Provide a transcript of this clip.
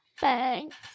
Thanks